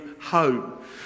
home